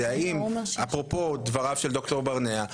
זה האם אפרופו דבריו של ד"ר ברנע,